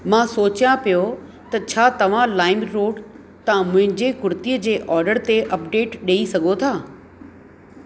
मां सोचियां पियो त छा तव्हां लाइमरोड तां मुंहिंजे कुर्ती जे ऑडर ते अपडेट ॾेई सघो था